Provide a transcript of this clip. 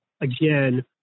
again